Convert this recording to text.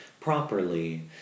properly